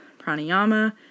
pranayama